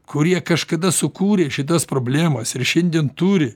kurie kažkada sukūrė šitas problemas ir šiandien turi